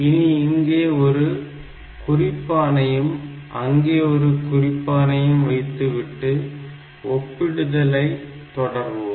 இனி இங்கே ஒரு குறிப்பானையும் அங்கே ஒரு குறிப்பானையும் வைத்துவிட்டு ஒப்பிடுதலை தொடர்வோம்